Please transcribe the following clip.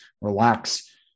Relax